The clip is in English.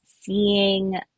seeing